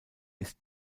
ist